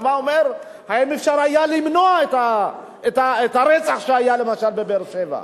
ובא ואומר האם אפשר היה למנוע את הרצח שהיה למשל בבאר-שבע,